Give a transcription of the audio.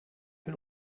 hun